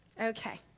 Okay